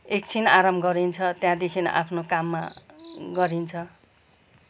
एकछिन आराम गरिन्छ त्यहाँदेखि आफ्नो काममा गरिन्छ